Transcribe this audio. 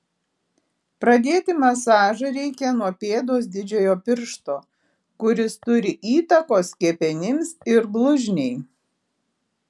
pradėti masažą reikia nuo pėdos didžiojo piršto kuris turi įtakos kepenims ir blužniai